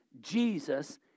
Jesus